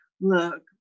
Look